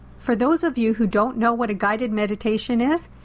for those of you who don't know what a guided meditation is,